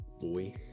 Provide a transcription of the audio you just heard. Boy